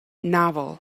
novel